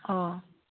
ꯑꯥ